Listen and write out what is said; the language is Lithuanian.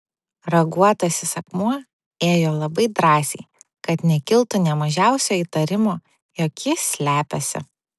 raguotasis akmuo ėjo labai drąsiai kad nekiltų nė mažiausio įtarimo jog jis slepiasi